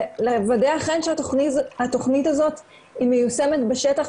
לוודא שאכן התכנית הזאת היא מיושמת בשטח,